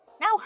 Now